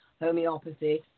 homeopathy